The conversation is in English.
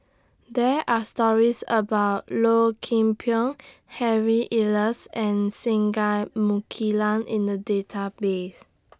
There Are stories about Low Kim Pong Harry Elias and Singai Mukilan in The Database